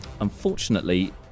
Unfortunately